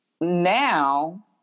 now